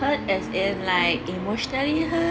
but as in like emotionally hurt